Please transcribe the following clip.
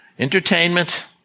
Entertainment